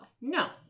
No